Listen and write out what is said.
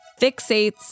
fixates